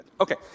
Okay